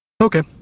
Okay